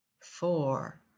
four